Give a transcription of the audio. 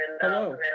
Hello